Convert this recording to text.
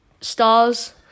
Stars